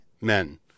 men